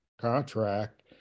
contract